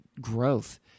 growth